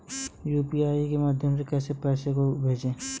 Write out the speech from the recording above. UPI के माध्यम से पैसे को कैसे भेजें?